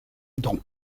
dans